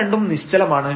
അവ രണ്ടും നിശ്ചലമാണ്